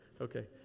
Okay